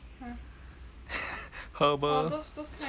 herbal soup